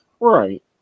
Right